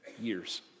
years